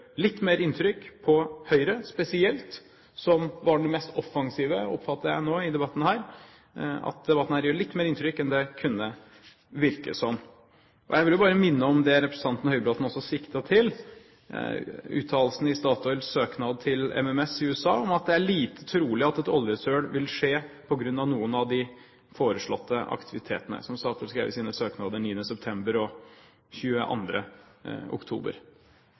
litt mer inntrykk på Høyre spesielt, som jeg oppfattet var den mest offensive nå i denne debatten – enn det kunne virke som. Jeg vil bare minne om det som representant Dagfinn Høybråten også siktet til uttalelsen i Statoils søknad til MMS i USA, at det «er lite trolig at et oljesøl vil skje på grunn av noen av de foreslåtte aktivitetene», som Statoil skrev i sine søknader 9. september og 22. oktober